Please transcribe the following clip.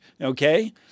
okay